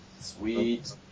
Sweet